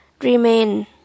Remain